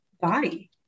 body